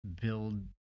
build